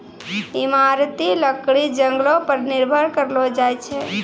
इमारती लकड़ी जंगलो पर निर्भर करलो जाय छै